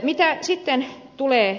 mitä sitten tulee